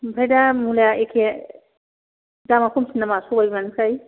ओमफ्राय दा मुलाया एखे दामआ खमसिन नामा सबाइ बिमानिफ्राय